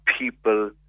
people